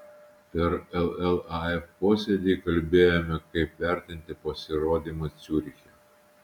per llaf posėdį kalbėjome kaip vertinti pasirodymą ciuriche